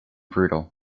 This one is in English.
brutal